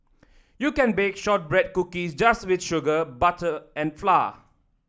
you can bake shortbread cookies just with sugar butter and flour